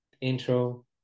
intro